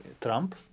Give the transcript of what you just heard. Trump